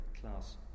class